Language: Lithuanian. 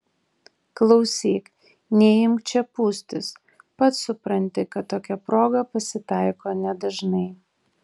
klausyk neimk čia pūstis pats supranti kad tokia proga pasitaiko nedažnai